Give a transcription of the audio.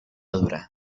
dura